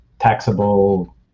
taxable